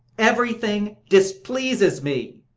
everything displeases me.